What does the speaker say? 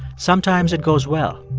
sometimes it goes well.